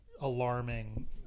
alarming